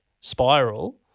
spiral